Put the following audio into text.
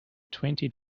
twenty